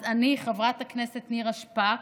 אז אני חברת הכנסת נירה שפק,